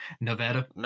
Nevada